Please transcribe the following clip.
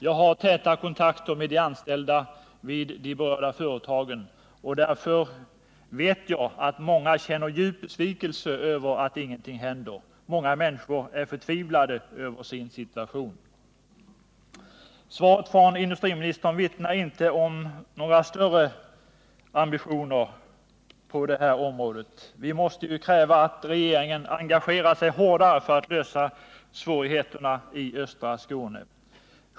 Jag har täta kontakter med de anställda vid de berörda företagen, och därför vet jag att många känner djup besvikelse över att ingenting händer. Många människor är förtvivlade över sin situation. Svaret från industriministern vittnar inte om några större näringspolitiska ambitioner. Vi måste kräva att regeringen engagerar sig hårdare för att lösa svårigheterna i östra Skåne.